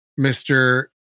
Mr